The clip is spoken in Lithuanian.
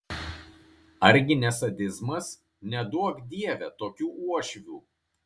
ar gi ne sadizmas neduok dieve tokių uošvių